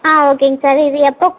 ஆ ஓகேங்க சார் இது இது எப்போ